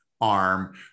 arm